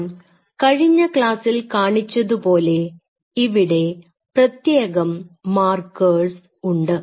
ഞാൻ കഴിഞ്ഞ ക്ലാസ്സിൽ കാണിച്ചതുപോലെ ഇവിടെ പ്രത്യേകം മാർക്കേഴ്സ് ഉണ്ട്